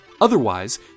Otherwise